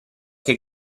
che